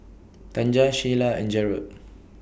Tanja Sheyla and Jerod